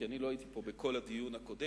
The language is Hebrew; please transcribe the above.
כי לא הייתי פה בכל הדיון הקודם.